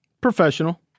Professional